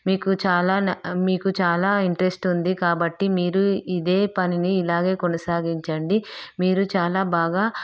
మీకు చాలా న మీకు చాలా ఇంట్రెస్ట్ ఉంది కాబట్టి మీరు ఇదే పనిని ఇలాగే కొనసాగించండి మీరు చాలా బాగా